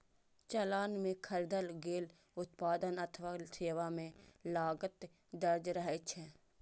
चालान मे खरीदल गेल उत्पाद अथवा सेवा के लागत दर्ज रहै छै